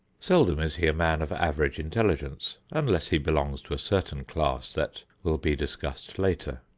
seldom is he a man of average intelligence, unless he belongs to a certain class that will be discussed later.